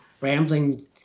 rambling